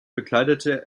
bekleidete